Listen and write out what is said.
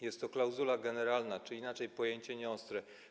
Jest to klauzula generalna czy inaczej pojęcie nieostre.